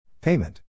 Payment